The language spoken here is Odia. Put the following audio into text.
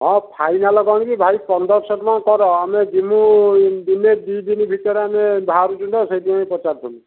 ହଁ ଫାଇନାଲ୍ କଣ କି ଭାଇ ପନ୍ଦରଶହ ଟଙ୍କା କର ଆମେ ଯିମୁ ଦିନେ ଦୁଇ ଦିନ ଭିତରେ ଆମେ ବାହାରୁଛୁ ତ ସେଇଥିପାଇଁ ପଚାରୁଥିନି